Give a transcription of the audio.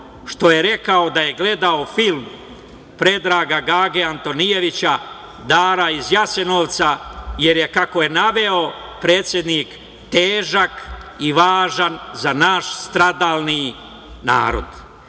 što je rekao da je gledao film Predraga Gage Antonijevića „Dara iz Jasenovca“, jer kako je naveo predsednik težak i važan za naš stradalni narod.